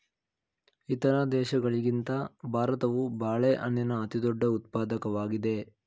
ಇತರ ದೇಶಗಳಿಗಿಂತ ಭಾರತವು ಬಾಳೆಹಣ್ಣಿನ ಅತಿದೊಡ್ಡ ಉತ್ಪಾದಕವಾಗಿದೆ